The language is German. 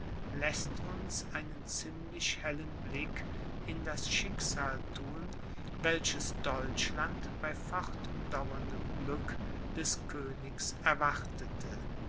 läßt uns einen ziemlich hellen blick in das schicksal thun welches deutschland bei fortdauerndem glück des königs erwartete